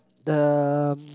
the um